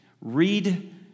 read